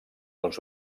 els